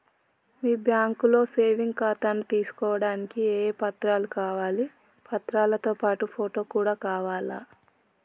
మీ బ్యాంకులో సేవింగ్ ఖాతాను తీసుకోవడానికి ఏ ఏ పత్రాలు కావాలి పత్రాలతో పాటు ఫోటో కూడా కావాలా?